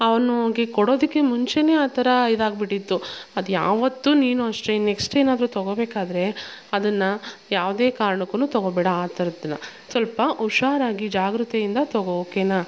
ಅವ್ನಿಗೆ ಕೊಡೋದಕ್ಕೆ ಮುಂಚೇನೆ ಆ ಥರ ಇದಾಗಿಬಿಟ್ಟಿತ್ತು ಅದು ಯಾವತ್ತು ನೀನು ಅಷ್ಟೆ ನೆಕ್ಸ್ಟು ಏನಾದರೂ ತಗೋಬೇಕಾದರೆ ಅದನ್ನು ಯಾವುದೇ ಕಾರಣಕ್ಕೂ ತಗೋಬೇಡ ಆ ಥರದ್ದನ್ನ ಸ್ವಲ್ಪ ಹುಷಾರಾಗಿ ಜಾಗ್ರತೆಯಿಂದ ತಗೋ ಓಕೆನಾ